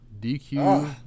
DQ